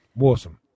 Awesome